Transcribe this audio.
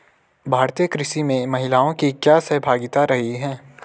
भारतीय कृषि में महिलाओं की क्या सहभागिता रही है?